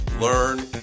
learn